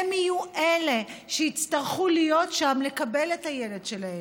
הם יהיו אלה שיצטרכו להיות שם לקבל את הילד שלהם,